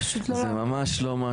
פשוט לא להאמין.